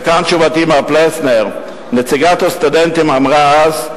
וכאן תשובתי למר פלסנר: נציגת הסטודנטים אמרה אז,